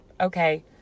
Okay